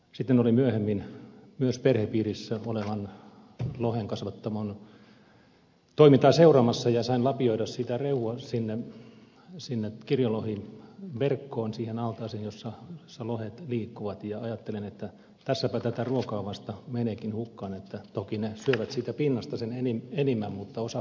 sitten olin myöhemmin myös perhepiirissä olevan lohenkasvattamon toimintaa seuraamassa ja sain lapioida sitä rehua sinne kirjolohiverkkoon siihen altaaseen jossa lohet liikkuvat ja ajattelin että tässäpä tätä ruokaa vasta meneekin hukkaan vaikka toki ne syövät siitä pinnasta sen enimmän mutta osa painuu pohjaan